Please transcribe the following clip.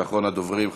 ואחרון הדוברים,